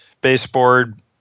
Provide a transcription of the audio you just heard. baseboard